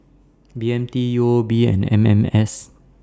B M T U O B and M M S